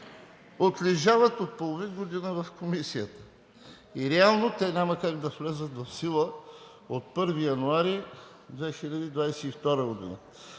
отлежават от половин година в Комисията и реално те няма как да влязат в сила от 1 януари 2022 г.